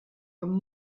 amb